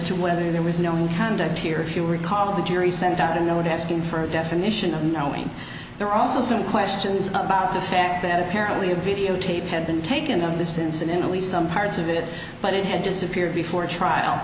to whether there was no one conduct here if you recall the jury sent out a note asking for a definition of knowing there are also some questions about the fact that apparently a videotape had been taken of this incident at least some parts of it but it had disappeared before trial